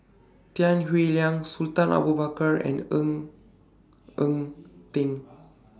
Tan Howe Liang Sultan Abu Bakar and Ng Eng Teng